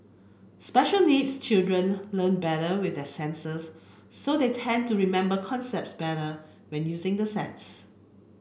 special needs children learn better with their senses so they tend to remember concepts better when using the sets